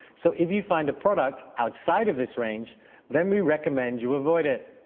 so if you find a product outside of this range then we recommend you avoid it.